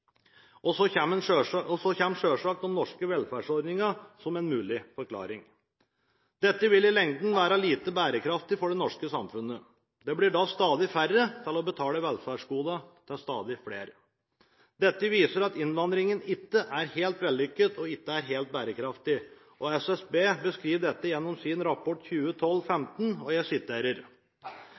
punktene. Så kommer selvsagt de norske velferdsordningene som en mulig forklaring. Dette vil i lengden være lite bærekraftig for det norske samfunnet. Det blir da stadig færre til å betale velferdsgodene til stadig flere. Dette viser at innvandringen ikke er helt vellykket og ikke helt bærekraftig. SSB beskriver dette gjennom sin rapport 15/2015. Jeg siterer: